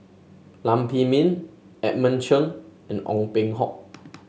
Lam Pin Min Edmund Chen and Ong Peng Hock